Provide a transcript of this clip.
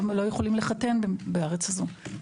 לא יכולים לחתן בארץ הזאת,